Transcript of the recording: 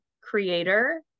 creator